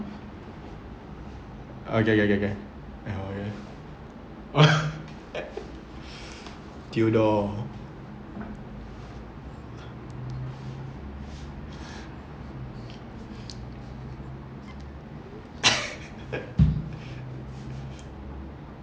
okay k k k